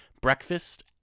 breakfast